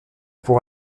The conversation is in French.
pour